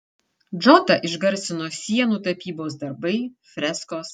džotą išgarsino sienų tapybos darbai freskos